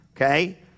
okay